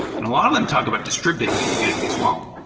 and a lot of them talk about distributed and computing as well.